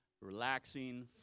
relaxing